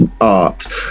art